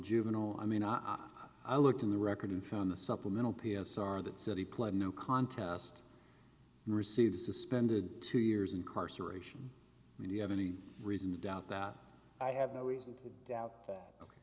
juvenile i mean i i looked in the record and found the supplemental p s r that said he pled no contest received a suspended two years incarceration and you have any reason to doubt that i have no reason to doubt